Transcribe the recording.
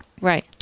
Right